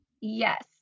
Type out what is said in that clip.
Yes